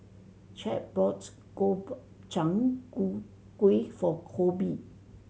Chadd bought Gobchang gu gui for Coby